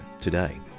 today